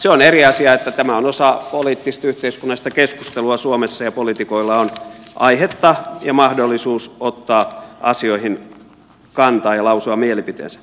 se on eri asia että tämä on osa poliittista yhteiskunnallista keskustelua suomessa ja poliitikoilla on aihetta ja mahdollisuus ottaa asioihin kantaa ja lausua mielipiteensä